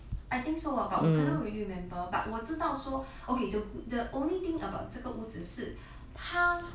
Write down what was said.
I think so uh but cannot really remember but 我知道说 so the only thing about 这个屋子只是他